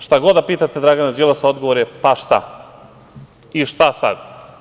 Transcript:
Šta god da pitate Dragana Đilasa odgovor je – pa šta i šta sada?